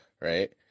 right